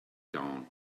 dawn